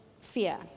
fear